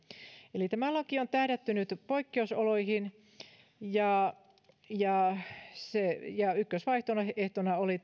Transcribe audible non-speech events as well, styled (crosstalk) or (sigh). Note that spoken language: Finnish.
eli tämä laki on tähdätty nyt poikkeusoloihin ja ja ykkösvaihtoehtona oli (unintelligible)